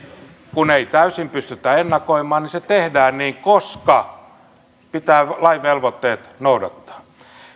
kun ei täysin pystytä ennakoimaan niin se tehdään niin koska pitää lain velvoitteita noudattaa